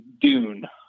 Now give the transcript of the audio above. Dune